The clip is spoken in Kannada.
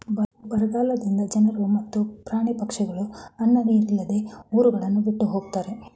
ಬರಗಾಲದಿಂದ ಜನರು ಮತ್ತು ಪ್ರಾಣಿ ಪಕ್ಷಿಗಳು ಅನ್ನ ನೀರಿಲ್ಲದೆ ಊರುಗಳನ್ನು ಬಿಟ್ಟು ಹೊಗತ್ತರೆ